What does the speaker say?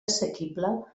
assequible